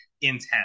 intense